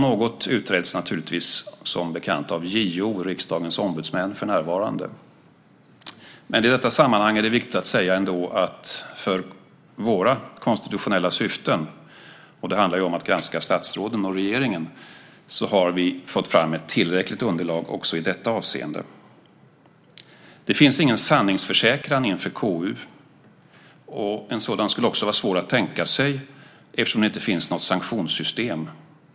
Något utreds som bekant av Riksdagens ombudsmän JO för närvarande. Dock är det i detta sammanhang viktigt att säga att för våra konstitutionella syften, som ju handlar om att granska statsråden och regeringen, har vi fått fram ett tillräckligt underlag också i detta avseende. Det finns ingen sanningsförsäkran inför KU. En sådan skulle också vara svår att tänka sig eftersom det inte finns något sanktionssystem.